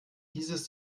dieses